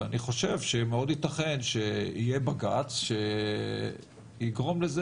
ואני חושב שמאד ייתכן שיהיה בג"צ שיגרום לזה